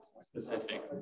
specific